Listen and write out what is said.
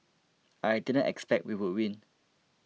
I didn't expect we would win